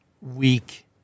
weak